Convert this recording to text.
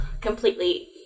completely